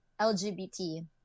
LGBT